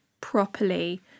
properly